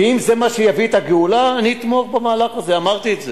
ואם זה מה שיביא את הגאולה, אני אתמוך במהלך הזה,